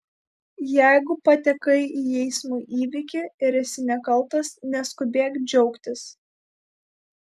jeigu patekai į eismo įvykį ir esi nekaltas neskubėk džiaugtis